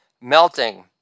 melting